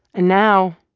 and now.